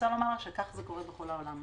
וכך זה קורה בכל העולם.